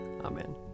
Amen